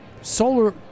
solar